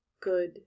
good